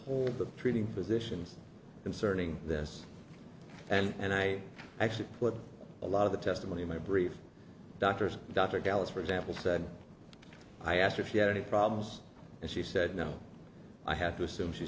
the treating physicians concerning this and i actually put a lot of the testimony in my brief doctors dr dallas for example said i asked if you had any problems and she said no i have to assume she's